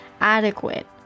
adequate